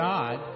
God